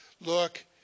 Look